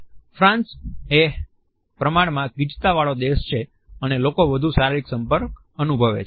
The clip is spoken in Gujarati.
Refer Time 2827 ફ્રાન્સ એ પ્રમાણમાં ગીચતા વાળો દેશ છે અને લોકો વધુ શારીરિક સંપર્ક અનુભવે છે